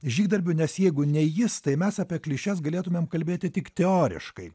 žygdarbiu nes jeigu ne jis tai mes apie klišes galėtumėm kalbėti tik teoriškai